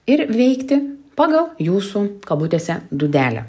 ir veikti pagal jūsų kabutėse dūdelę